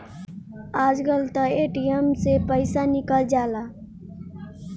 आजकल तअ ए.टी.एम से पइसा निकल जाला